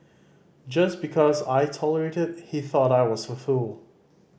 just because I tolerated he thought I was a fool